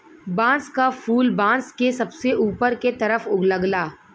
बांस क फुल बांस के सबसे ऊपर के तरफ लगला